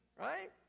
right